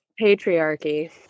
patriarchy